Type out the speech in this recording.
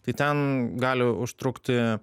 tai ten gali užtrukti